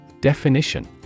Definition